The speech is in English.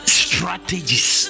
strategies